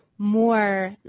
more